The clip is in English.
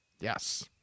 yes